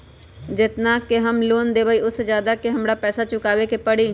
जेतना के हम लोन लेबई ओ से ज्यादा के हमरा पैसा चुकाबे के परी?